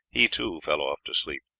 he too, fell off to sleep.